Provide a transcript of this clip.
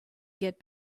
get